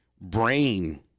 Brain